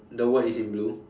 the word is in blue